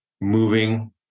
moving